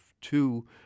two